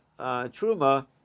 truma